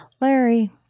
Larry